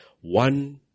one